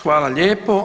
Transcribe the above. Hvala lijepo.